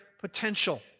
potential